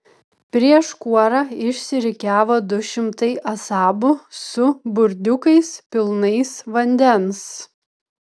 prieš kuorą išsirikiavo du šimtai asabų su burdiukais pilnais vandens